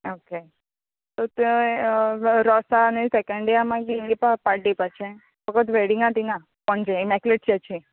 okay so तें रोसा आनी सेकेंड डेया मागीर हिंगा येवपा पाड्डें येवपाचें फक्त वेडींगा तिंगा पणजे इमेक्यलेट चर्ची